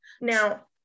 Now